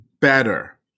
better